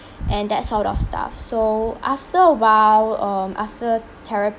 and that sort of stuff so after a while uh after therapy